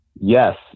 Yes